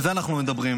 על זה אנחנו מדברים.